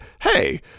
Hey